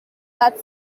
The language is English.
that